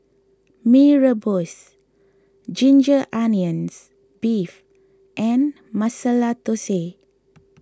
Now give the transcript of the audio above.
Mee Rebus Ginger Onions Beef and Masala Thosai